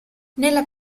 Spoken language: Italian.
nella